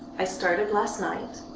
i started last night.